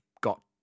got